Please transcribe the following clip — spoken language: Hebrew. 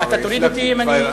אתה תוריד אותי אם אני, ?